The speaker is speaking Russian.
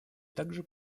также